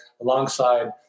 alongside